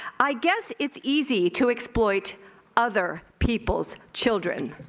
i guess it's easy to exploit other people's children.